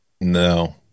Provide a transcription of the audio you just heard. No